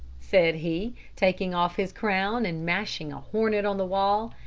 said he, taking off his crown and mashing a hornet on the wall,